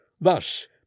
Thus